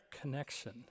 connection